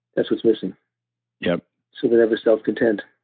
that's what's missing yup so they're never self-content.